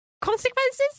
consequences